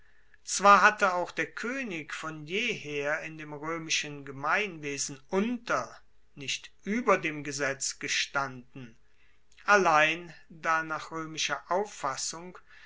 zwar hatte auch der koenig von jeher in dem roemischen gemeinwesen unter nicht ueber dem gesetz gestanden allein da nach roemischer auffassung